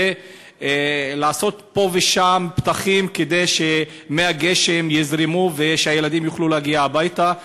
ולעשות פה ושם פתחים כדי שמי הגשם יזרמו והילדים יוכלו להגיע הביתה.